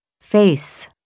Face